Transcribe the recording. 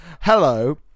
Hello